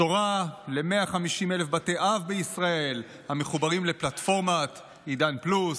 בשורה ל-150,000 בתי אב בישראל המחוברים לפלטפורמת עידן פלוס,